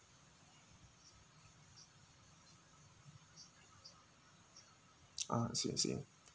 ah I see I see